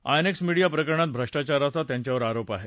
INX Media प्रकरणात भ्रष्टाचाराचा त्यांच्यावर आरोप आहे